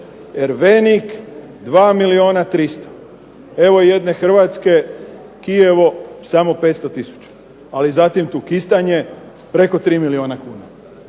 Drvenik 2 milijuna 300, evo jedne Hrvatske Kijevo samo 500 tisuća. Ali zatim Tukistanje preko 3 milijuna kuna.